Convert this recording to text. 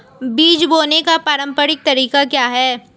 बीज बोने का पारंपरिक तरीका क्या है?